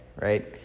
right